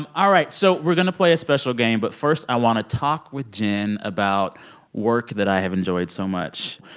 um all right. so we're going to play a special game. but first i want to talk with jenn about work that i have enjoyed so much.